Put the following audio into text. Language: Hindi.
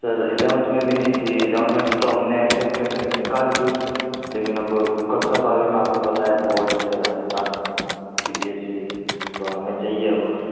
सर इलेवंथ में भी नहीं थी इलेवंथ तो हम जैसे तैसे निकाल दी लेकिन अब कक्षा बारवीं में आप को पता है बोर्ड्स है Rajasthan C B S E तो हमें चाहिए अब